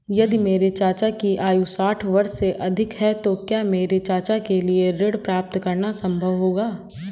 यदि मेरे चाचा की आयु साठ वर्ष से अधिक है तो क्या मेरे चाचा के लिए ऋण प्राप्त करना संभव होगा?